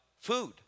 food